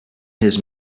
his